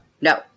no